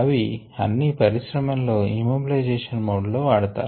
ఇవి అన్ని పరిశ్రమలలో ఇమ్మొబిలైజేషన్ మోడ్ లో వాడతారు